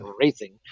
racing